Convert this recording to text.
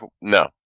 no